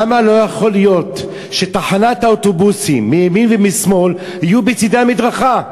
למה לא יכול להיות שתחנות האוטובוסים מימין ומשמאל יהיו בצדי המדרכה,